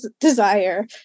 desire